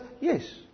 Yes